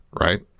right